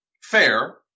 Fair